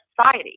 society